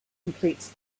completes